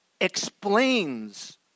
explains